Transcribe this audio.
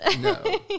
No